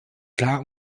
klar